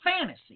fantasy